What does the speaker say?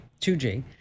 2G